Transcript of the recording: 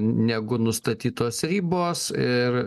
negu nustatytos ribos ir